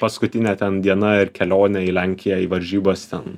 paskutinė ten diena ir kelionė į lenkiją į varžybas ten